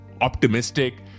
optimistic